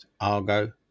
Argo